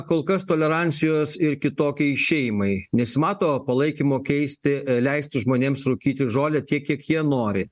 kol kas tolerancijos ir kitokiai šeimai nesimato palaikymo keisti leisti žmonėms rūkyti žolę tiek kiek jie nori